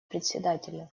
председателя